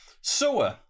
Sewer